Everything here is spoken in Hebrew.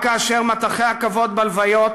רק כאשר נורים מטחי הכבוד בהלוויות